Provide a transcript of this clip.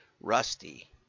Rusty